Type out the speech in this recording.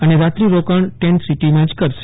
અને રાત્રિ રોકાણ ટેન્ટ સિટીમાં જ કરશે